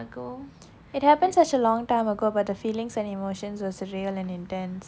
it happened such a long time ago but the feelings and emotions was real and intense